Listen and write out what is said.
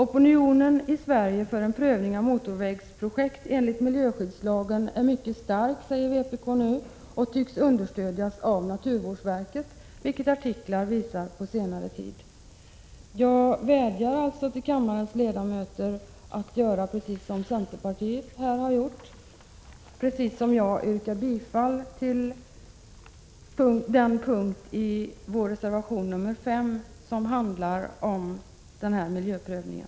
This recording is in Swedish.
Opinionen i Sverige för en prövning av motorvägsprojekt enligt miljöskyddslagen är mycket stark, säger vpk nu och tycks få stöd av naturvårdsverket, vilket artiklar på senare tid har visat. Jag vädjar alltså till kammarens ledamöter att göra precis som centerpartiet här har gjort, nämligen biträda vårt krav i reservation 5 om miljöprövning.